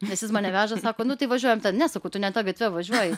nes jis mane veža sako nu tai važiuojam ne sakau tu ne ta gatve važiuoji